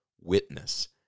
witness